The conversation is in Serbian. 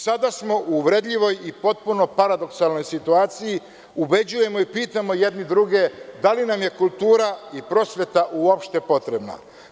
Sada smo u uvredljivoj i potpuno paradoksalnoj situaciji, ubeđujemo i pitamo jedni druge da li nam je kultura i prosveta uopšte potrebna?